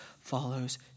follows